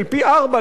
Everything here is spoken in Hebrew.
של פי-ארבעה,